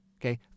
Okay